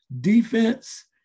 defense